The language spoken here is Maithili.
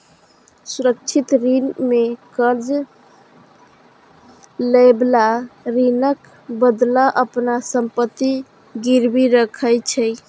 सुरक्षित ऋण मे कर्ज लएबला ऋणक बदला अपन संपत्ति गिरवी राखै छै